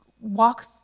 walk